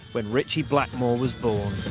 when ritchie blackmore was born.